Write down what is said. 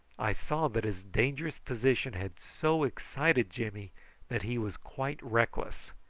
i saw that his dangerous position had so excited jimmy that he was quite reckless.